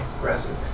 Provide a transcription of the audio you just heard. Aggressive